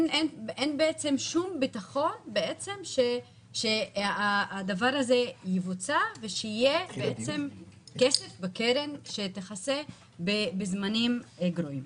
בעצם שום ביטחון שהדבר הזה יבוצע ושיהיה כסף בקרן שתכסה בזמנים גרועים.